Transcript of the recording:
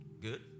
Good